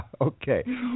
Okay